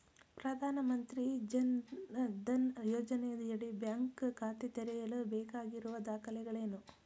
ಪ್ರಧಾನಮಂತ್ರಿ ಜನ್ ಧನ್ ಯೋಜನೆಯಡಿ ಬ್ಯಾಂಕ್ ಖಾತೆ ತೆರೆಯಲು ಬೇಕಾಗಿರುವ ದಾಖಲೆಗಳೇನು?